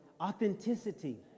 Authenticity